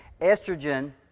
estrogen